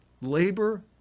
labor